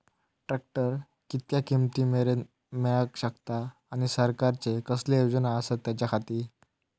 Tractor कितक्या किमती मरेन मेळाक शकता आनी सरकारचे कसले योजना आसत त्याच्याखाती?